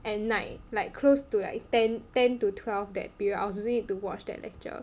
at night like close to like ten ten to twelve that period I was using it to watch that lecture